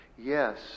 Yes